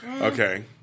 Okay